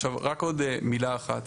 עכשיו רק עוד מילה אחת.